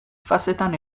fasetan